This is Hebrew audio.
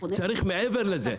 צריך מעבר לזה.